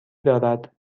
دارد